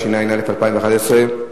התשע"א 2011,